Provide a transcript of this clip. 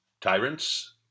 tyrants